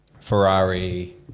Ferrari